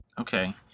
Okay